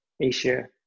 asia